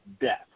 death